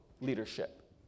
leadership